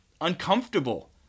uncomfortable